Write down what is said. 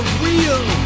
real